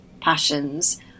passions